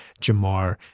Jamar